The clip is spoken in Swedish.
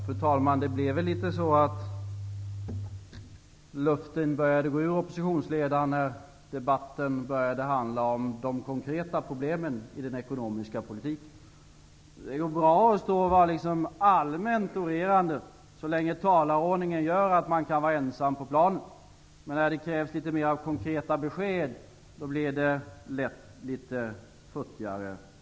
Fru talman! Det blev väl kanske så, att luften började gå ur oppositionsledaren när debatten började handla om de konkreta problemen i den ekonomiska politiken. Det går bra att stå i talarstolen och vara allmänt orerande, så länge talarordningen gör att man kan vara ensam på planen. Men när det krävs litet mer konkreta besked, blir det hela lätt litet futtigare.